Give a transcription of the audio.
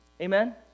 Amen